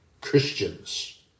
Christians